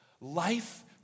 life